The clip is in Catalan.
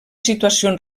situacions